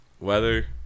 Weather